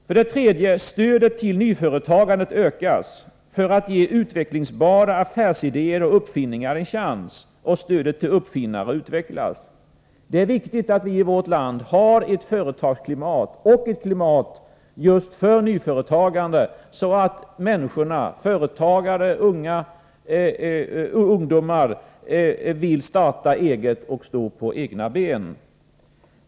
För det tredje: Stödet till nyföretagandet ökas för att ge utvecklingsbara affärsidéer och uppfinningar en chans. Stödet till uppfinnare utvecklas. Det är viktigt att vi i vårt land har ett företagsklimat och ett klimat just för nyföretagande så att människor, bl.a. ungdomar, vill starta eget och stå på egna ben.